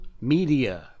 media